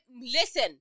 listen